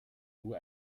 nur